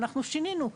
ואנחנו שינינו,